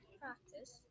practice